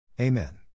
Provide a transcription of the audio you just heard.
Amen